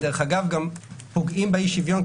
ודרך אגב גם פוגעים בשוויון,